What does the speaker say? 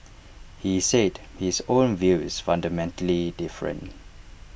he said his own view is fundamentally different